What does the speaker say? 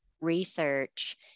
research